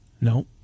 No